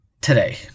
today